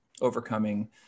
overcoming